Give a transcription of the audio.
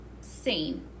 seen